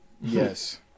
Yes